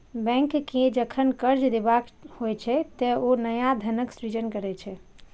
bank कें जखन कर्ज देबाक होइ छै, ते ओ नया धनक सृजन करै छै